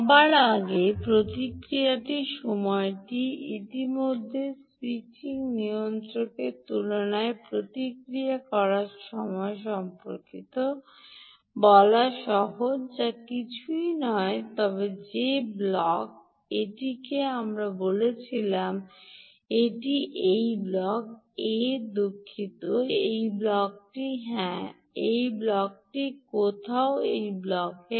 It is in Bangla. সবার আগে প্রতিক্রিয়ার সময়টি ইতিমধ্যে স্যুইচিং নিয়ন্ত্রকের তুলনায় প্রতিক্রিয়া সময় সম্পর্কে কথা বলা সহজ যা কিছুই নয় তবে যে ব্লক এটিকে আমরা বলেছিলাম এটি এই ব্লক এ দুঃখিত এই ব্লকটি হ্যাঁ এই ব্লকটি কোথায় এই ব্লক এ